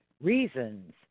reasons